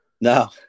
no